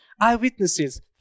Eyewitnesses